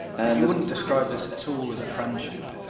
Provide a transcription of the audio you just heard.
and we wouldn't describe this at all as a friendship,